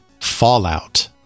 Fallout